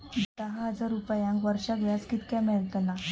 दहा हजार रुपयांक वर्षाक व्याज कितक्या मेलताला?